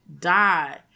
die